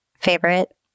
favorite